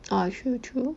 ah true true